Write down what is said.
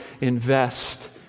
invest